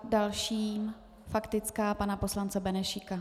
Další faktická pana poslance Benešíka.